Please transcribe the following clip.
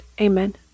amen